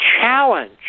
challenge